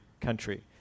country